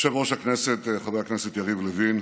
יושב-ראש הכנסת חבר הכנסת יריב לוין,